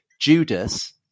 Judas